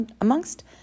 amongst